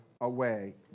away